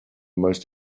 most